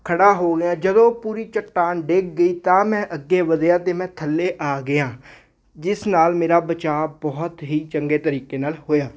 ਖੜ੍ਹਾ ਹੋ ਗਿਆ ਜਦੋਂ ਪੂਰੀ ਚਟਾਨ ਡਿੱਗ ਗਈ ਤਾਂ ਮੈਂ ਅੱਗੇ ਵਧਿਆ ਅਤੇ ਮੈਂ ਥੱਲੇ ਆ ਗਿਆ ਜਿਸ ਨਾਲ ਮੇਰਾ ਬਚਾਅ ਬਹੁਤ ਹੀ ਚੰਗੇ ਤਰੀਕੇ ਨਾਲ ਹੋਇਆ